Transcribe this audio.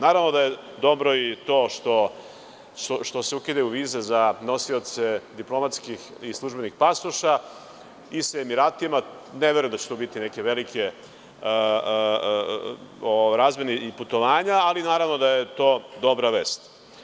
Naravno da je dobro i to što se ukidaju vize za nosioce diplomatskih i službenih pasoša, i sa Emiratima, ne verujem da će tu biti neke velike razmene iputovanja, ali naravno da je to dobra vest.